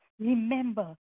remember